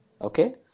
Okay